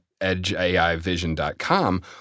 edgeaivision.com